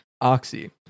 Oxy